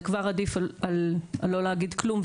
זה כבר עדיף על לא להגיד כלום,